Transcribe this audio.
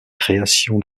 création